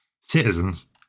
citizens